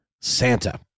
Santa